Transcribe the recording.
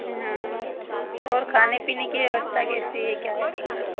हाँ और खाने पीने की व्यवस्था कैसी है क्या है मतलब